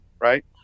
Right